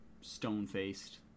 stone-faced